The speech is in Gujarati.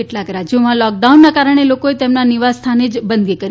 કેટલાક રાજયોમાં લોકડાઉનના કારણે લોકોએ તેમના નિવાસ સ્થાને બંદગી કરી હતી